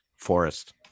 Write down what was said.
Forest